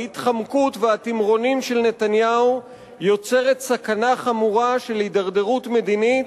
ההתחמקות והתמרונים של נתניהו יוצרת סכנה חמורה של הידרדרות מדינית,